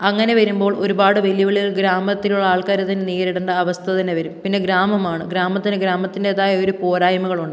അങ്ങനെ വരുമ്പോൾ ഒരുപാട് വെല്ലുവിളി ഗ്രാമത്തിലുള്ള ആൾക്കാർ അത് നേരിടേണ്ട അവസ്ഥ തന്നെ വരും പിന്നെ ഗ്രാമമാണ് ഗ്രാമത്തിന് ഗ്രാമത്തിൻ്റേതായ ഒരു പോരായ്മകളുണ്ട്